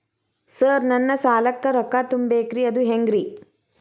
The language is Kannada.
ಸರ್ ನನ್ನ ಸಾಲಕ್ಕ ರೊಕ್ಕ ತುಂಬೇಕ್ರಿ ಅದು ಹೆಂಗ್ರಿ?